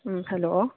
ꯎꯝ hello